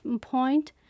point